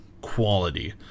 quality